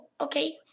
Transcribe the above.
okay